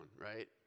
right